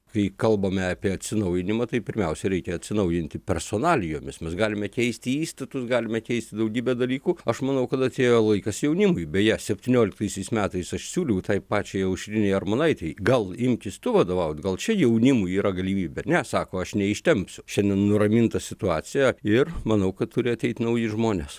kai kalbame apie atsinaujinimą tai pirmiausia reikia atsinaujinti personalijomis mes galime keisti įstatus galime keisti daugybę dalykų aš manau kad atėjo laikas jaunimui beje septynioliktaisiais metais aš siūliau tai pačiai aušrinei armonaitei gal imkis tu vadovaut gal čia jaunimui yra galimybių bet ne sako aš neištempsiu šiandien nuraminta situacija ir manau kad turi ateit nauji žmonės